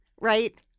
right